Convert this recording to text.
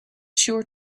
sure